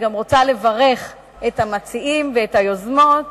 אני גם רוצה לברך את המציעים ואת היוזמות,